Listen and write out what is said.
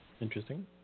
interesting